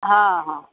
ಹಾಂ ಹಾಂ